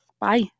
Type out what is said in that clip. Bye